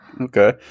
okay